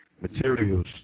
materials